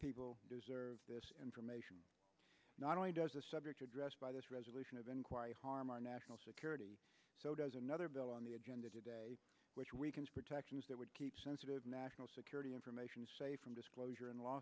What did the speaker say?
people deserve this information not only does the subject addressed by this resolution of inquiry harm our national security so does another bill on the agenda today which weakens protections that would keep sensitive national security information safe from disclosure in law